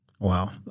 Wow